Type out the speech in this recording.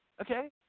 okay